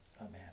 Amen